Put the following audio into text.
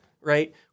right